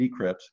decrypts